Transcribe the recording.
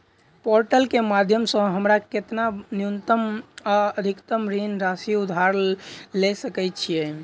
Portal केँ माध्यम सऽ हमरा केतना न्यूनतम आ अधिकतम ऋण राशि उधार ले सकै छीयै?